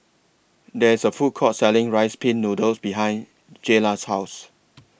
There IS A Food Court Selling Rice Pin Noodles behind Jaylah's House